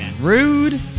Rude